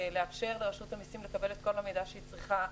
לאפשר לרשות המסים לקבל את כל המידע שהיא צריכה,